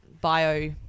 bio